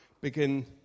begin